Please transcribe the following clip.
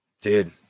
Dude